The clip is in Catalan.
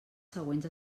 següents